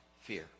fear